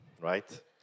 right